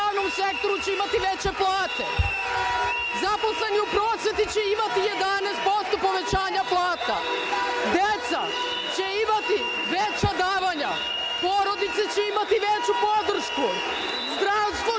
u javnom sektoru će imati veće plate, zaposleni u prosveti će imati 11% povećanje plate, deca će imati veća davanja, porodice će imati veću podršku, zdravstvo će imati više novca,